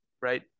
right